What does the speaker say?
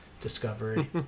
Discovery